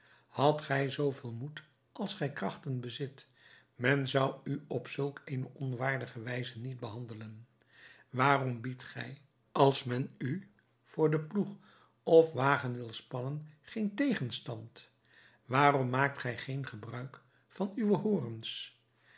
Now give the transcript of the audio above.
hadt gij zoo veel moed als gij krachten bezit men zou u op zulk eene onwaardige wijze niet behandelen waarom biedt gij als men u voor den ploeg of wagen wil spannen geen tegenstand waarom maakt gij geen gebruik van uwe horens